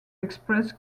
express